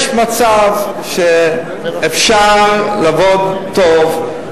יש מצב שאפשר לעבוד טוב,